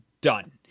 done